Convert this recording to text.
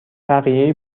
بقیه